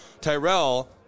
Tyrell